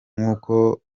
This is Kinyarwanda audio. nkuko